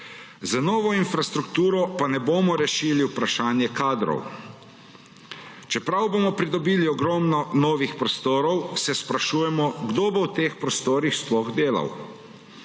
Z novo infrastrukturo pa ne bomo rešili vprašanja kadrov. Čeprav bomo pridobili ogromno novih prostorov, se sprašujemo, kdo bo v teh prostorih sploh delal.